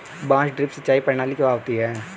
बांस ड्रिप सिंचाई प्रणाली क्या होती है?